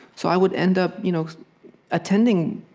so i would end up you know attending,